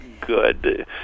good